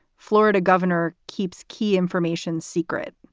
florida governor keeps key information secret.